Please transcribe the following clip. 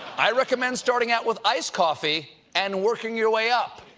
i'd recommend starting out with iced coffee and working your way up.